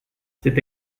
c’est